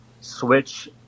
switch